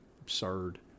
Absurd